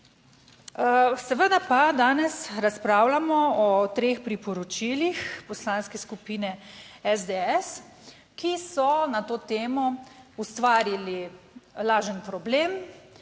seveda pa danes razpravljamo o treh priporočilih Poslanske skupine SDS, ki so na to temo ustvarili lažen problem